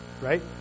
right